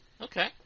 Okay